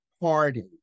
party